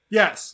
yes